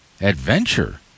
adventure